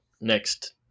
next